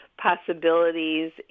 possibilities